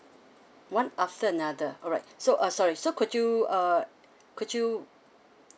one after another alright so uh sorry so could you uh could you